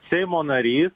seimo narys